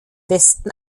westen